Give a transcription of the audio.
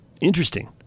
interesting